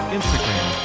Instagram